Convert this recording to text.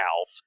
Alf